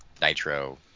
Nitro